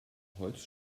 holz